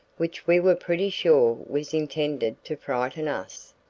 which we were pretty sure was intended to frighten us.